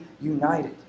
united